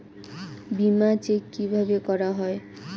বিমা চেক কিভাবে করা হয়?